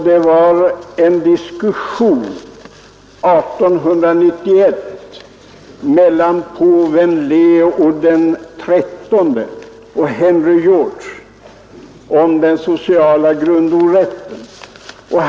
Det var en diskussion 1891 mellan påven Leo XIII och Henry George om den sociala grundorätten.